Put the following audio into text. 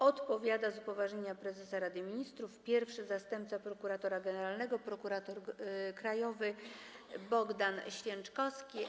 Odpowiada z upoważnienia prezesa Rady Ministrów pierwszy zastępca prokuratora generalnego prokurator krajowy Bogdan Święczkowski.